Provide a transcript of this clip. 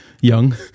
young